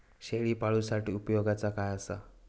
शेळीपाळूसाठी उपयोगाचा काय असा?